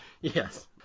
Yes